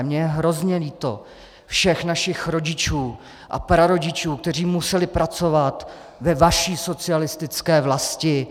Mně je hrozně líto všech našich rodičů a prarodičů, kteří museli pracovat ve vaší socialistické vlasti.